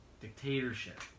dictatorship